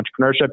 entrepreneurship